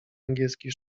angielski